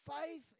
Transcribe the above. faith